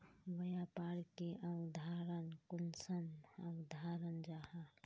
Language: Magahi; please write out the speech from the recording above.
व्यापार की अवधारण कुंसम अवधारण जाहा?